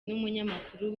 n’umunyamakuru